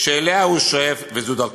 אליה הוא שואף וזאת דרכו.